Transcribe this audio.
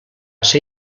ser